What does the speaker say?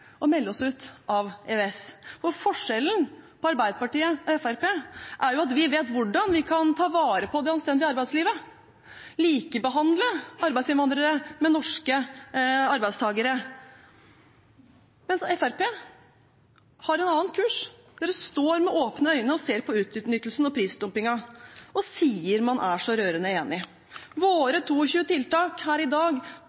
å melde oss ut av EØS. For forskjellen på Arbeiderpartiet og Fremskrittspartiet er at vi vet hvordan vi kan ta vare på det anstendige arbeidslivet, likebehandle arbeidsinnvandrere med norske arbeidstakere, mens Fremskrittspartiet har en annen kurs der de står med åpne øyne og ser på utnyttelsen og prisdumpingen og sier at man er så rørende enig.